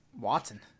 watson